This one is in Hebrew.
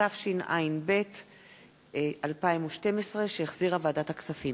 התשע"ב 2012, שהחזירה ועדת הכספים.